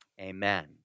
amen